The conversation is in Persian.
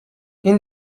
این